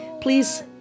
please